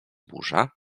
burza